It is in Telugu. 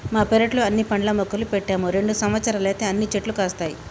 మా పెరట్లో అన్ని పండ్ల మొక్కలు పెట్టాము రెండు సంవత్సరాలైతే అన్ని చెట్లు కాస్తాయి